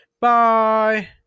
Bye